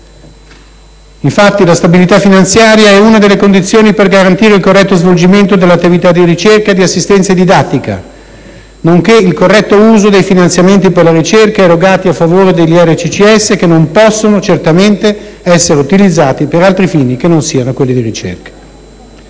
Infatti, la stabilità finanziaria è una delle condizioni per garantire il corretto svolgimento dell'attività di ricerca, di assistenza e di didattica, nonché il corretto uso dei finanziamenti per la ricerca, erogati a favore degli IRCCS, che non possono certamente essere utilizzati per altri fini che non siano quelli di ricerca.